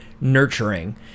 nurturing